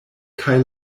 kaj